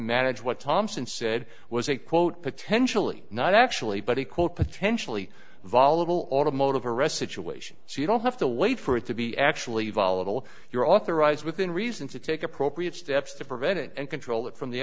manage what thompson said was a quote potentially not actually but he quote potentially volatile automotive arrest situation so you don't have to wait for it to be actually volatile you're authorized within reason to take appropriate steps to prevent it and control it from the